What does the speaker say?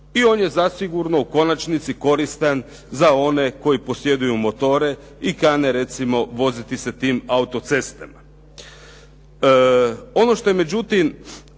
i on je zasigurno u konačnici koristan za one koji posjeduju motore i kane recimo voziti se tim autocestama. Ono što je međutim